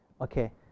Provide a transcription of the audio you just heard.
Okay